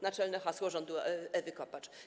Naczelne hasło rządu Ewy Kopacz.